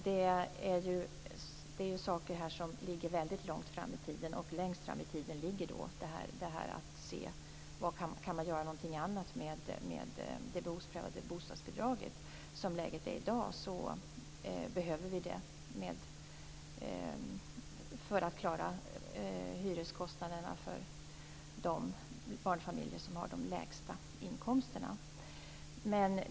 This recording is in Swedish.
Det här är ju saker som ligger väldigt långt fram i tiden, och längst fram i tiden ligger frågan om huruvida man kan göra något annat med det behovsprövade bostadsbidraget. Som läget är i dag behöver vi det för att klara hyreskostnaderna för de barnfamiljer som har de lägsta inkomsterna.